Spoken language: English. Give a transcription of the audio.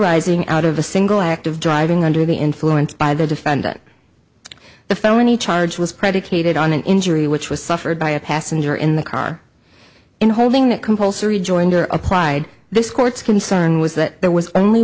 arising out of a single act of driving under the influence by the defendant the felony charge was predicated on an injury which was suffered by a passenger in the car in holding that compulsory joinder applied this court's concern was that there was only